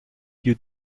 your